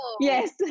yes